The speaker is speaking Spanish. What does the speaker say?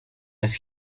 las